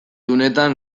unetan